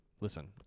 listen